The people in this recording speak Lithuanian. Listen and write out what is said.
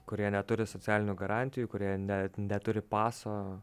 kurie neturi socialinių garantijų kurie net neturi paso